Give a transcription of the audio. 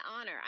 honor